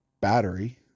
battery